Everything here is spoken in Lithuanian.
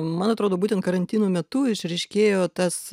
man atrodo būtent karantino metu išryškėjo tas